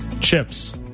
Chips